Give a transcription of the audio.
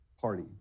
party